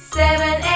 seven